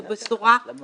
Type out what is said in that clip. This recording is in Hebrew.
זו בשורה מהפכנית.